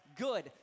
good